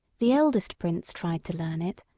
the eldest prince tried to learn it,